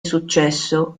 successo